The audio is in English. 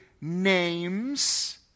names